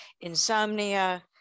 insomnia